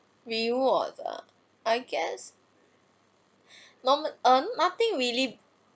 rewards ah I guess norm~ err nothing really